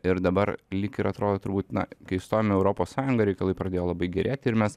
ir dabar lyg ir atrodo turbūt na kai įstojom į europos sąjungą reikalai pradėjo labai gerėti ir mes